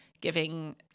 giving